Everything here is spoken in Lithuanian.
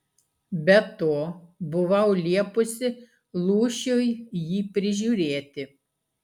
be to buvau liepusi lūšiui jį prižiūrėti